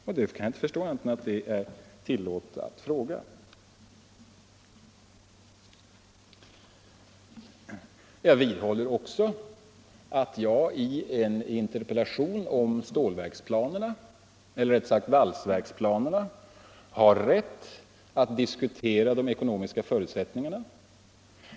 Jag kan inte förstå annat än att det är tillåtet att fråga om detta. Jag vidhåller också att jag i en interpellation om valsverksplanerna har rätt att diskutera de ekonomiska förutsättningarna.